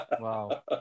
Wow